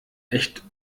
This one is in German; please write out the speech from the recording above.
echt